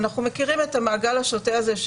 אנחנו מכירים את המעגל השוטה הזה,